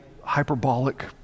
Hyperbolic